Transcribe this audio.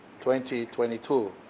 2022